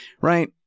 right